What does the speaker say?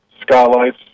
skylights